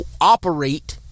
operate